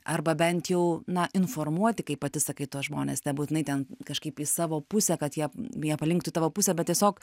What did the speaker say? arba bent jau na informuoti kaip pati sakai tuos žmones nebūtinai ten kažkaip į savo pusę kad jie jie palinktų į tavo pusę bet tiesiog